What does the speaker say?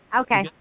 Okay